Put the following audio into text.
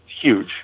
huge